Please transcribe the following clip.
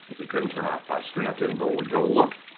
we couldn't turn off screen updating, but when we go look,